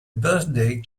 birthday